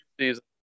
season